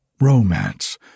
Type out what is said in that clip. Romance